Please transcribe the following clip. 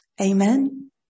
Amen